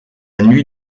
nuit